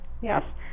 Yes